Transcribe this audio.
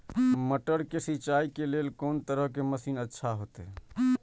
मटर के सिंचाई के लेल कोन तरह के मशीन अच्छा होते?